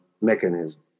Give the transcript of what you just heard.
mechanism